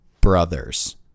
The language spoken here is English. Brothers